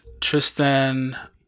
Tristan